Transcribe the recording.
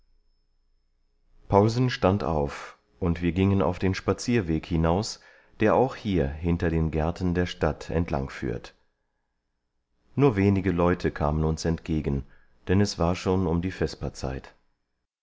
stand auf und wir gingen auf den spazierweg hinaus der auch hier hinter den gärten der stadt entlangführt nur wenige leute kamen uns entgegen denn es war schon um die